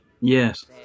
Yes